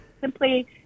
simply